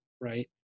right